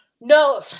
no